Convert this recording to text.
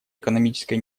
экономической